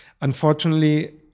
Unfortunately